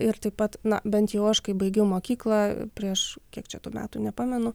ir taip pat na bent jau aš kai baigiau mokyklą prieš kiek čia tų metų nepamenu